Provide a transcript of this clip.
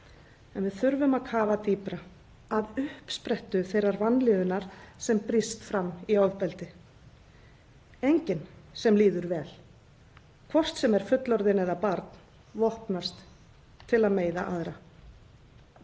Við þurfum að kafa dýpra, að uppsprettu þeirrar vanlíðunar sem brýst fram í ofbeldi. Enginn sem líður vel, hvort sem er fullorðinn eða barn, vopnast til að meiða aðra.